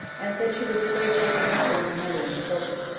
and said she was afraid she could not leave her mother and the children.